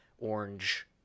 orange